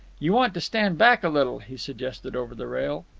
you want to stand back a little, he suggested over the rail.